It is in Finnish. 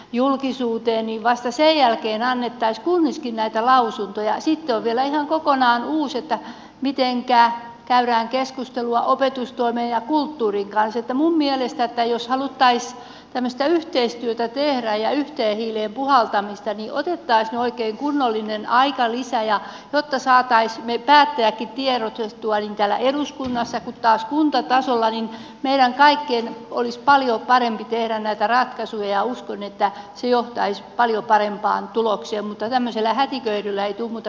julkisuuteen niin vasta sen jälkeen hän että iskuun iski näitä lausuntoja siitä vielä ihan kokonaan uusi että mitenkä käydään keskustelua opetustoimen ja kulttuuri kai se että muumien estettä jos hän ottaisi tämästä yhteistyötä pyörä jäi töihin ja puhaltamiseni otin tai sen oikein kunnollinen aikalisä ja jotta saataisi mitään jätti tiedotettua täällä eduskunnassa taas kuntatasolla meidän kaikkien olis paljon parempi tehdä näitä ratkaisuja uskon että se johtaisi paljon parempaan tulokseen mutta tämmöisellä hätiköinnilläitu mutta